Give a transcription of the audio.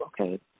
okay